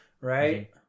right